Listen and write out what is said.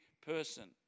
person